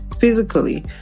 physically